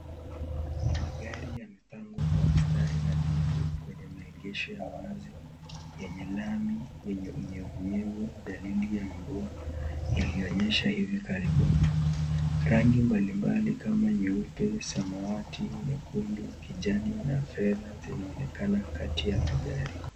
Magari yamepangwa kwa mstari nadhifu kwenye maegesho ya wazi yenye lami yenye unyevunyevu dalili ya mvua iliyonyesha hivi karibuni, rangi mbalimbali kama nyeupe, samawati, nyekundu, kijani na fedha zinaonekana kati ya magari.